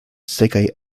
sekaj